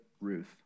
Ruth